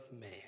man